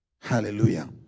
hallelujah